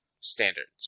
standards